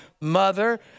mother